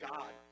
God